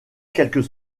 quelques